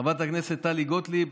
חברת הכנסת טלי גוטליב,